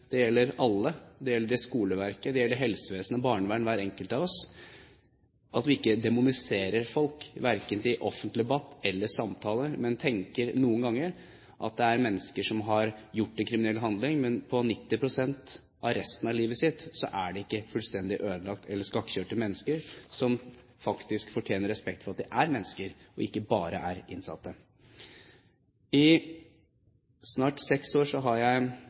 gjelder alle. Det gjelder skoleverket, det gjelder helsevesenet, barnevernet og hver enkelt av oss, at vi ikke demoniserer folk, verken i offentlig debatt eller i samtaler, og at vi noen ganger tenker at det er mennesker som har gjort en kriminell handling, men at de i 90 pst. av livet sitt ikke er fullstendig ødelagte eller skakkjørte mennesker, men mennesker som faktisk fortjener respekt for at de er mennesker og ikke bare er innsatte. I snart seks år har jeg